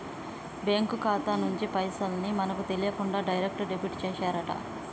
bank ఖాతా నుంచి పైసల్ ని మనకు తెలియకుండా డైరెక్ట్ డెబిట్ చేశారట